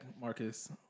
Marcus